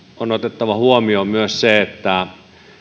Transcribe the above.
on otettava huomioon myös se että